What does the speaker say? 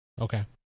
Okay